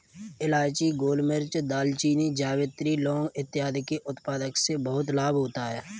इलायची, गोलमिर्च, दालचीनी, जावित्री, लौंग इत्यादि के उत्पादन से बहुत लाभ होता है